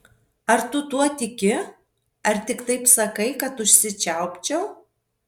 ar tu tuo tiki ar tik taip sakai kad užsičiaupčiau